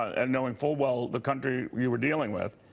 and knowing full well the country we were dealing with,